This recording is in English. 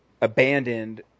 abandoned